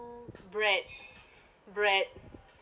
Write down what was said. bread bread